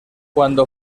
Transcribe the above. cuando